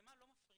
המצלמה לא מפריעה.